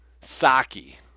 Saki